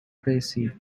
tracy